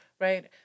Right